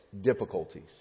difficulties